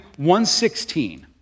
1.16